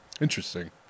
Interesting